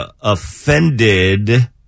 offended